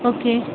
okay